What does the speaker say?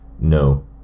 No